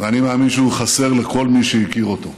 ואני מאמין שהוא חסר לכל מי שהכיר אותו.